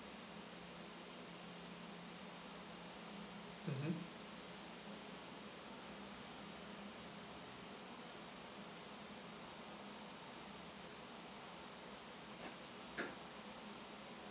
mmhmm